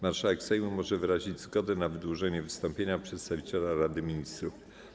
Marszałek Sejmu może wyrazić zgodę na wydłużenie wystąpienia przedstawiciela Rady Ministrów.